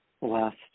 Last